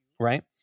right